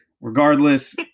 regardless